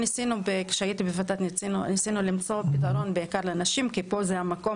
כשהייתי בוות"ת ניסינו למצוא פתרון בעיקר לנשים כי פה המקום